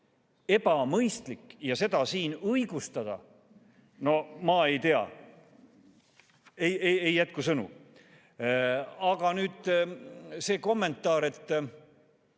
ebamõistlik. Seda siin õigustada – no ma ei tea, ei jätku sõnu. Aga nüüd see kommentaar, et